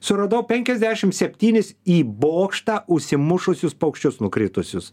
suradau penkiasdešim septynis į bokštą užsimušusius paukščius nukritusius